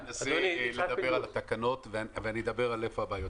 באתי לדבר על התקנות ואני אומר איפה הבעיות.